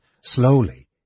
Slowly